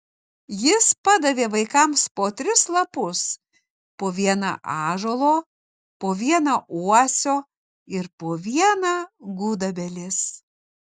jis padavė vaikams po tris lapus po vieną ąžuolo po vieną uosio ir po vieną gudobelės